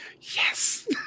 yes